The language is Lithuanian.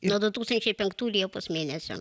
nuo du tūkstančiai penktų liepos mėnesio